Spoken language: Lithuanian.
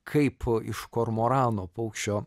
kaip iš kormorano paukščio